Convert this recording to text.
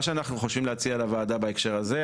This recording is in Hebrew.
מה שאנחנו חושבים להציע לוועדה בהקשר הזה,